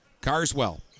Carswell